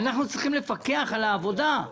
אנחנו צריכים לפקח על העבודה.